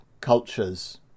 cultures